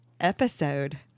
episode